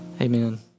Amen